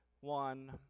one